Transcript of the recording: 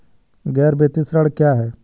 गैर वित्तीय ऋण क्या है?